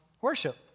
worship